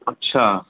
अच्छा